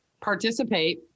participate